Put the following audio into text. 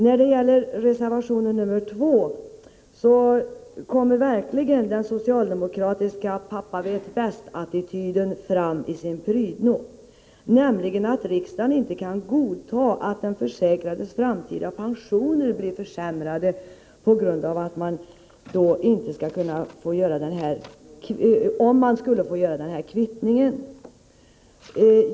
När det gäller reservation nr 2 kommer verkligen den socialdemokratiska ”pappa-vet-bäst-attityden” fram i sin prydno — att riksdagen inte kan godta att den försäkrades framtida pension blir försämrad om man skulle få göra denna kvittning.